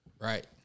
right